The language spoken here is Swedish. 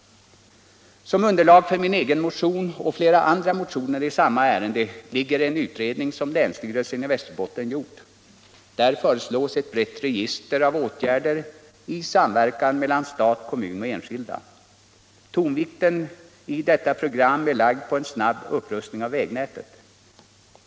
Som underlag för min egen motion och flera andra motioner i samma ärende ligger en utredning som länsstyrelsen i Västerbottens län gjort. Där föreslås ett brett register av åtgärder i samverkan mellan stat, kommun och enskilda. Tonvikten i detta program är lagd på en snabb upprustning av vägnätet.